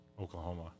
Oklahoma